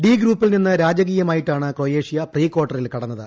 D ഗ്രൂപ്പിൽ നിന്ന് രാജകീയമായിട്ടാണ് ക്രൊയേഷ്യ പ്രീകാർട്ടറിൽ കടന്നത്